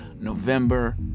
November